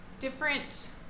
different